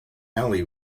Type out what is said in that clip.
ali